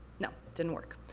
no, didn't work.